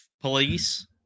police